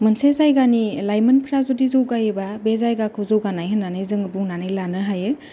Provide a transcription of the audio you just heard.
मोनसे जायगानि लायमोनफ्रा जुदि जौगायोबा बे जायगाखौ जौगानाय होन्नानै जोङो बुंनानै लानो हायो